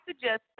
suggest